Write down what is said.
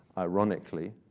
ironically.